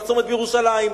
בצומת בירושלים,